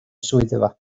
swyddfa